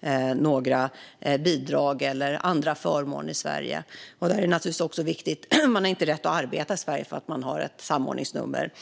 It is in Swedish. få några bidrag eller andra förmåner i Sverige. Man har inte heller rätt att arbeta i Sverige för att man har ett samordningsnummer.